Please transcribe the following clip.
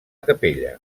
capella